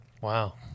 Wow